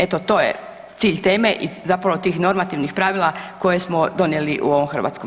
Eto to je cilj teme i zapravo tih normativnih pravila koje smo donijeli u ovom HS-u.